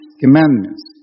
commandments